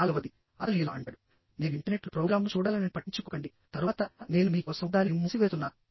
నాల్గవది అతను ఇలా అంటాడు నేను ఇంటర్నెట్లో ప్రోగ్రామ్ను చూడగలనని పట్టించుకోకండి తరువాత నేను మీ కోసం దానిని మూసివేస్తున్నాను